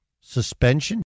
suspension